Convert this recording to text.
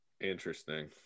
interesting